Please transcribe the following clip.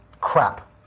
Crap